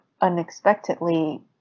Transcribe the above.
unexpectedly